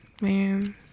man